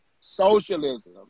socialism